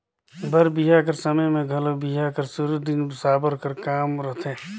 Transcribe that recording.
बर बिहा कर समे मे घलो बिहा कर सुरू दिन साबर कर काम रहथे